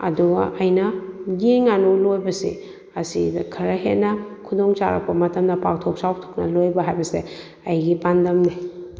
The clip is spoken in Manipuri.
ꯑꯗꯨꯒ ꯑꯩꯅ ꯌꯦꯟ ꯉꯥꯅꯨ ꯂꯣꯏꯕꯁꯦ ꯑꯁꯤꯗ ꯈꯔ ꯍꯦꯟꯅ ꯈꯨꯗꯣꯡ ꯆꯥꯔꯛꯄ ꯃꯇꯝꯗ ꯄꯥꯛꯊꯣꯛ ꯆꯥꯎꯊꯣꯛꯅ ꯂꯣꯏꯕ ꯍꯥꯏꯕꯁꯦ ꯑꯩꯒꯤ ꯄꯥꯟꯗꯝꯅꯦ